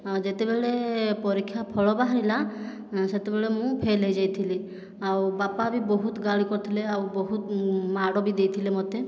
ଆଉ ଯେତେବେଳେ ପରୀକ୍ଷା ଫଳ ବାହାରିଲା ସେତେବେଳେ ମୁଁ ଫେଲ୍ ହୋଇଯାଇଥିଲି ଆଉ ବାପା ବି ବହୁତ ଗାଳି କରିଥିଲେ ଆଉ ବହୁତ ମାଡ଼ ବି ଦେଇଥିଲେ ମୋତେ